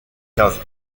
cave